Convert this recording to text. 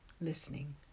listening